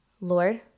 Lord